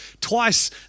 twice